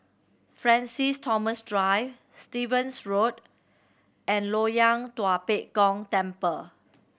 Francis Thomas Drive Stevens Road and Loyang Tua Pek Kong Temple